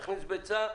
תכניס ביצה,